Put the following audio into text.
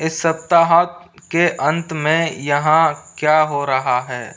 इस सप्ताह के अंत में यहाँ क्या हो रहा है